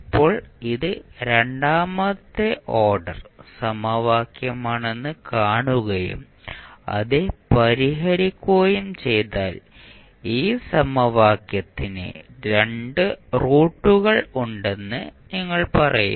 ഇപ്പോൾ ഇത് രണ്ടാമത്തെ ഓർഡർ സമവാക്യമാണെന്ന് കാണുകയും അത് പരിഹരിക്കുകയും ചെയ്താൽ ഈ സമവാക്യത്തിന് 2 റൂട്ടുകൾ ഉണ്ടെന്ന് നിങ്ങൾ പറയും